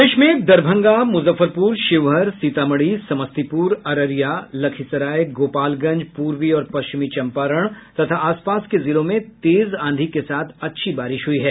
प्रदेश में दरभंगा मुजफ्फरपुर शिवहर सीतामढ़ी समस्तीपुर अररिया लखीसराय गोपालगंज पूर्वी और पश्चिमी चंपारण तथा आसपास के जिलों में तेज आंधी के साथ अच्छी बारिश हुई है